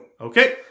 Okay